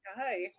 Hi